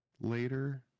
later